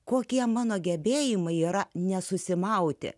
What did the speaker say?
kokie mano gebėjimai yra nesusimauti